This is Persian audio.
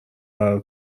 برا